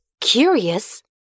Curious